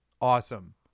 Awesome